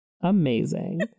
Amazing